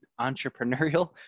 entrepreneurial